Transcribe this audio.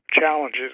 challenges